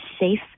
safe